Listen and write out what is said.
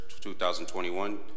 2021